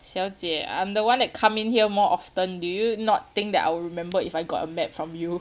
小姐 I'm the one that come in here more often do you not think that I will remember if I got a map from you